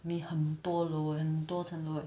你很多楼很多辰楼